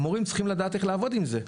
המורים צריכים לדעת איך לעבוד עם זה.